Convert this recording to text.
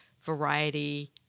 variety